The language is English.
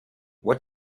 what